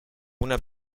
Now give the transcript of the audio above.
una